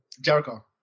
Jericho